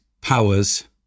powers